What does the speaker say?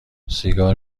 سیگار